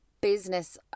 business